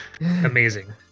Amazing